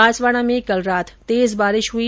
बांसवाड़ा में कल रात तेज बारिश हुई